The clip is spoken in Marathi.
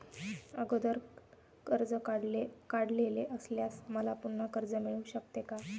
अगोदर कर्ज काढलेले असल्यास मला पुन्हा कर्ज मिळू शकते का?